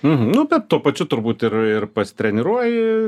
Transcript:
nu bet tuo pačiu turbūt ir ir pasitreniruoji